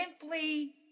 simply